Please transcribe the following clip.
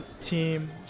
team